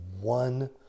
one